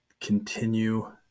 continue